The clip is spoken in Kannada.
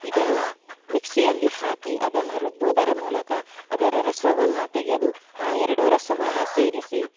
ಇದನ್ನು ಮಿಕ್ಸಿಯಲ್ಲಿ ಹಾಕಿ ಅದನ್ನು ರುಬ್ಬುವುದರ ಮೂಲಕ ಅದರ ರಸವನ್ನು ತೆಗೆದು ಆ ಎರಡೂ ರಸವನ್ನು ಸೇರಿಸಿ